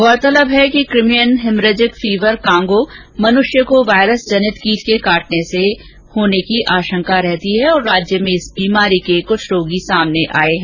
गौरतलब है कि कांगो किमिएन हिमरेजिक फीवर में मनुष्य को वायरस जनित कीट के काटने से होने की आशंका रहती है और राज्य में इस बीमारी के कुछ रोगी सामने आये हैं